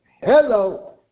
hello